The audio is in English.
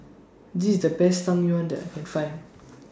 This IS The Best Tang Yuen that I Can Find